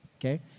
Okay